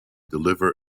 deliver